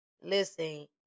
Listen